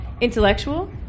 intellectual